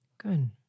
Good